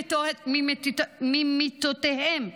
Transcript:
ממיטותיהם,